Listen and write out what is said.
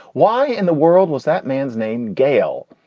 why in the world was that man's name, gale?